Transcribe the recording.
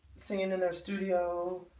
singing in their studio